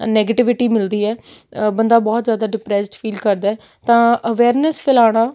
negativity ਮਿਲਦੀ ਹੈ ਬੰਦਾ ਬਹੁਤ ਜ਼ਿਆਦਾ ਡਿਪਰੈਸਡ ਫੀਲ ਕਰਦਾ ਹੈ ਤਾਂ ਅਵੇਅਰਨੈਸ ਫੈਲਾਉਣਾ